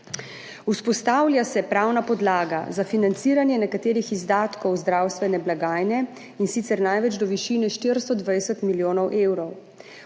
Vzpostavlja se pravna podlaga za financiranje nekaterih izdatkov zdravstvene blagajne, in sicer največ do višine 420 milijonov evrov.